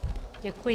Děkuji.